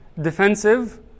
defensive